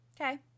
Okay